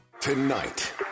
Tonight